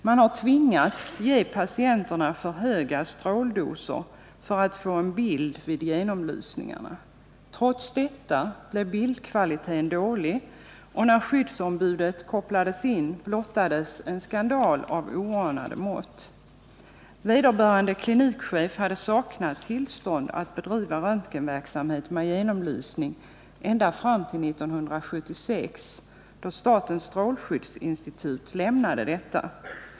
Man har tvingats ge patienterna för höga stråldoser för att få en bild vid genomlysningarna. Trots detta blev bildkvaliteten dålig, och när skyddsombudet kopplades in blottades en skandal av oanade mått. Vederbörande klinikchef hade saknat tillstånd att bedriva röntgenverksamhet med genomlysning ända fram till 1976, då statens strålskyddsinstitut lämnade sådant tillstånd.